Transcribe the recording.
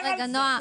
לא דיברתי.